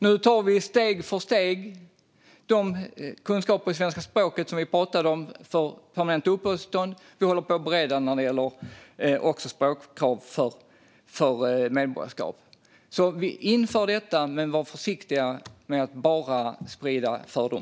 Nu inför vi steg för steg de krav på kunskaper i svenska språket som vi pratade om för permanent uppehållstillstånd. Vi håller på och bereder språkkrav för medborgarskap. Vi inför alltså detta. Men låt oss vara försiktiga med att bara sprida fördomar.